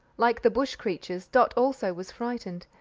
like the bush creatures, dot also was frightened,